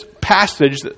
passage